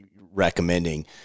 recommending –